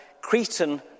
Cretan